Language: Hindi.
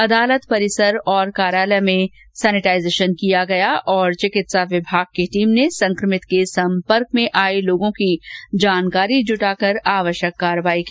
अदालत परिसर और कार्यालय में सेनीटाईजेशन किया गया और चिकित्सा विभाग की टीम ने संक्रमित के संपर्क में आए लोगों की जानकारी जुटा आवश्यक कार्यवाही की